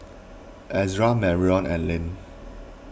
Ezra Marrion and Len